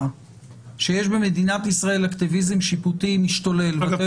שיש במדינת ישראל אקטיביזם שיפוטי משתולל ואתה יודע